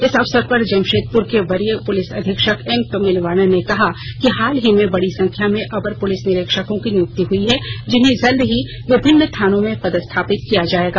इस अवसर पर जमशेदपुर के वरीय पुलिस अधीक्षक एम तमिलवानन ने कहा कि हाल ही में बड़ी संख्या में अवर पुलिस निरीक्षकों की नियुक्ति हुई है जिन्हें जल्द ही विभिन्न थानों में पदस्थापित किया जाएगा